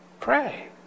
pray